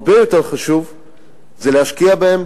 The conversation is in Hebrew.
הרבה יותר חשוב זה להשקיע בהם.